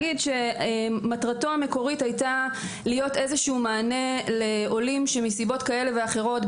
שמטרתו המקורית הייתה להיות מענה לעולים שמסיבות כאלה ואחרות,